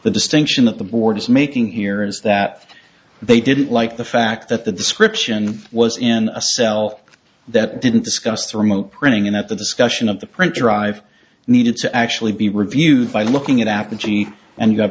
the distinction that the board is making here is that they didn't like the fact that the description was in a cell that didn't discuss the remote printing and at the discussion of the print drive needed to actually be reviewed by looking at apogee and you have